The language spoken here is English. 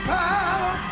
power